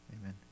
Amen